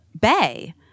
bay